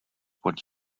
what